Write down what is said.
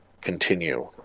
continue